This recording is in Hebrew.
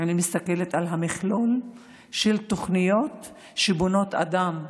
אני מסתכלת על המכלול של התוכניות שבונות אדם,